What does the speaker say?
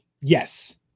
Yes